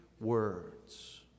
words